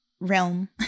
Realm